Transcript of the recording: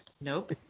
Nope